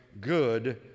good